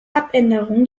abänderung